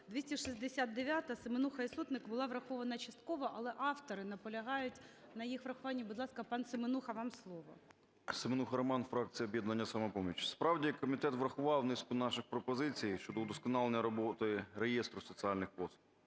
269-а, Семенуха і Сотник, була врахована частково, але автори наполягають на її врахуванні. Будь ласка, пан Семенуха, вам слово. 13:08:33 СЕМЕНУХА Р.С. Семенуха Роман, фракція "Об'єднання "Самопоміч". Справді комітет врахував низку наших пропозицій щодо удосконалення роботи реєстру соціальних послуг.